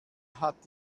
hat